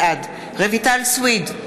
בעד רויטל סויד,